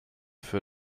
für